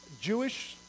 Jewish